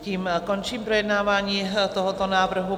Tím končím projednávání tohoto návrhu.